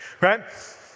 right